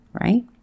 right